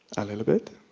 a little bit.